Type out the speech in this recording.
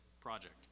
project